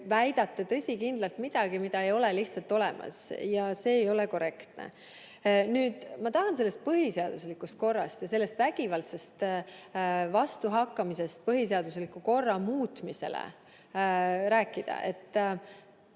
väidate tõsikindlalt midagi, mida ei ole lihtsalt olemas. Ja see ei ole korrektne. Ma tahan sellest põhiseaduslikust korrast ja sellest vägivaldsest vastuhakkamisest põhiseadusliku korra muutmisele rääkida. Te